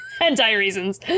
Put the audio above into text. anti-reasons